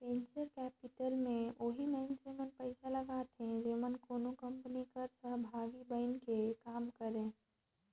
venture capital में ओही मइनसे मन पइसा लगाथें जेमन कोनो कंपनी कर सहभागी बइन के काम करें